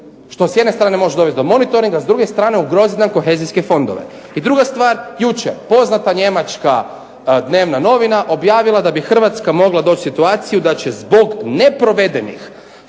Što s jedne strane može dovesti do monitoringa, a s druge strane ugrozit nam kohezijske fondove. I druga stvar, jučer poznata njemačka dnevna novina objavila da bi Hrvatska mogla doći u situaciju da će zbog neprovedenih